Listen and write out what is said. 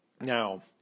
Now